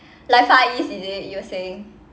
like far east is it you were saying